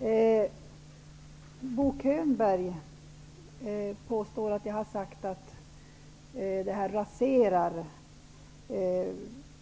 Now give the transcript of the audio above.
Herr talman! Bo Könberg påstår att jag har sagt att det här förslaget ''raserar''